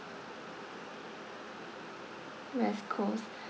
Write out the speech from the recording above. west coast